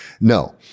no